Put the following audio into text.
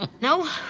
No